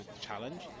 challenge